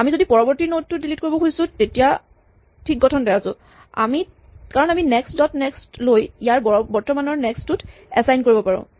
আমি যদি পৰৱৰ্তী নড টো ডিলিট কৰিব খুজিছোঁ তেতিয়া ঠিক গঠনতে আছো কাৰণ আমি নেক্স্ট ডট নেক্স্ট লৈ ইয়াক বৰ্তমানৰ নেক্স্ট টোত এচাইন কৰি দিব পাৰোঁ